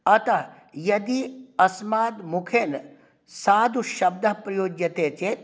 अतः यदि अस्माद् मुखेन साधुशब्दः प्रयोज्यते चेत्